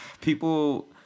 people